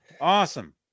Awesome